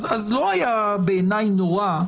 אז לא היה בעיניי נורא,